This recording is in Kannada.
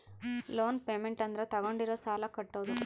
ಲೋನ್ ಪೇಮೆಂಟ್ ಅಂದ್ರ ತಾಗೊಂಡಿರೋ ಸಾಲ ಕಟ್ಟೋದು